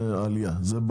זה כבר ברור.